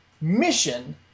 mission